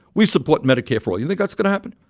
we support medicare for all. you think that's going to happen?